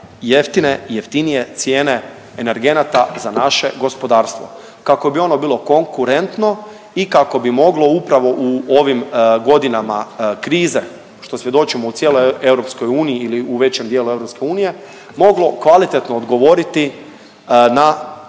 jeftine i jeftinije cijene energenata za naše gospodarstvo, kako bi ono bilo konkurentno i kako bi moglo upravo u ovim godinama krize, što svjedočimo u cijeloj EU ili u većem dijelu EU, moglo kvalitetno odgovoriti na